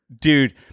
Dude